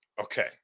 Okay